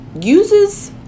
uses